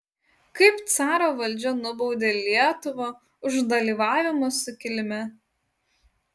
kaip caro valdžia nubaudė lietuvą už dalyvavimą sukilime